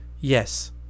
Yes